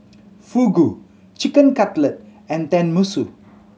Fugu Chicken Cutlet and Tenmusu